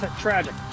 tragic